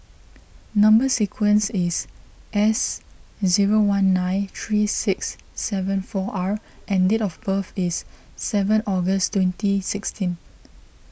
Number Sequence is S zero one nine three six seven four R and date of birth is seven August twenty sixteen